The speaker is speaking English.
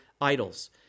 idols